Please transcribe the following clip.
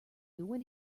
when